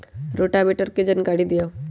Rotavator के जानकारी दिआउ?